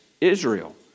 Israel